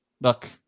Look